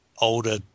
older